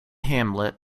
hamlet